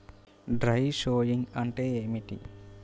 Dry sowing అంటే ఏమిటి?